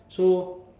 so